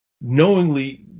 Knowingly